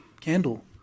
candle